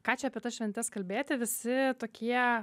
ką čia apie tas šventes kalbėti visi tokie